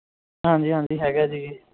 ਹਾਂਜੀ ਹਾਂਜੀ ਹੈਗਾ ਜੀ